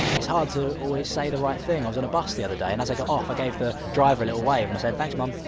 it's hard to always say the right thing. i was at a bus the other day, and as i got off, i gave the driver a little wave, and i said, thanks, mum.